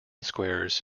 squares